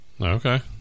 Okay